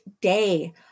day